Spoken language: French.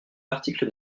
l’article